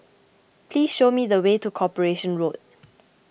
please show me the way to Corporation Road